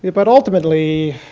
but ultimately